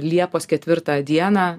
liepos ketvirtą dieną